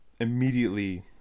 immediately